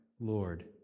Lord